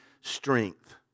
strength